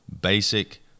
basic